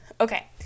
okay